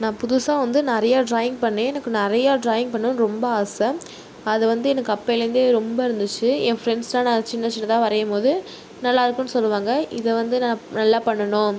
நான் புதுசாக வந்து நிறைய ட்ராயிங் பண்ணேன் எனக்கு நிறைய ட்ராயிங் பண்ணணுன்னு ரொம்ப ஆசை அது வந்து எனக்கு அப்போயிலேந்தே ரொம்ப இருந்துச்சு என் ஃப்ரெண்ட்ஸெலாம் நான் சின்ன சின்னதாக வரையும் போது நல்லா இருக்குன்னு சொல்லுவாங்க இதை வந்து நான் நல்லா பண்ணணும்